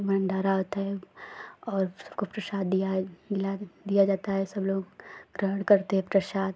भण्डारा होता है और सबको प्रसाद दिया दिया जाता है सबलोग ग्रहण करते हैं प्रसाद